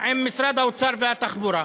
עם משרד האוצר והתחבורה.